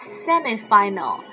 semifinal